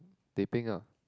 teh peng ah